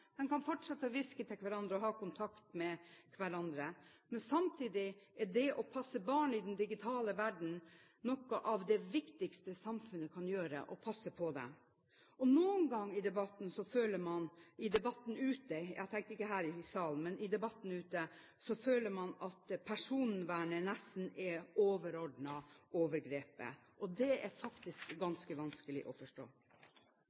den digitale verden noe av det viktigste samfunnet kan gjøre. Og noen ganger i debatten – ikke her i salen, men ute – så føler man at personvernet nesten er overordnet overgrepet. Og det er faktisk